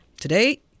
today